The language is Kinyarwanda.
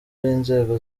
b’inzego